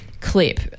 clip